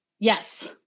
Yes